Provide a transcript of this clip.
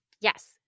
Yes